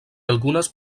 algunes